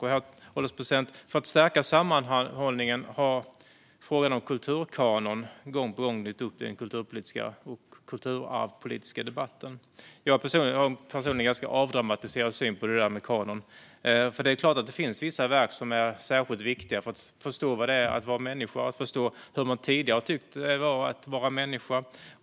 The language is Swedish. Frågan om en kulturkanon för att stärka sammanhållningen har gång på gång dykt upp i den kulturarvspolitiska debatten, herr ålderspresident. Personligen har jag en ganska avdramatiserad syn på det där med kanon. Det är klart att det finns vissa verk som är särskilt viktiga för att vi ska förstå vad det är att vara människa och för att vi ska förstå vad man tidigare har tyckt att det är att vara människa.